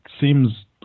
seems